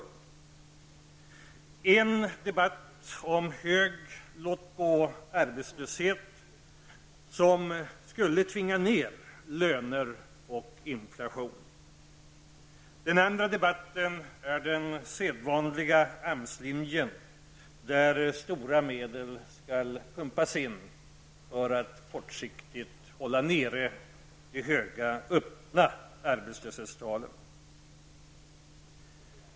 I den ena debatten accepterar man en hög arbetslöshet, som skall tvinga ner löner och inflation. I den andra debatten förordas den sedvanliga AMS-linjen, det vill säga att omfattande åtgärder skall sättas in för att kortsiktigt hålla nere de höga öppna arbetslöshetstalen.